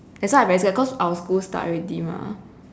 that's why I very scared cause our school start already mah